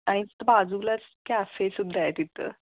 आणि बाजूलाच कॅफेसुद्धा आहे तिथं